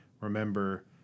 remember